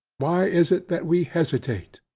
why is it that we hesitate?